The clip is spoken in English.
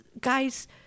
guys